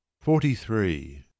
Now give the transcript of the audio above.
Forty-three